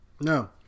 No